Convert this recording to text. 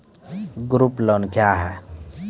Group loan क्या है?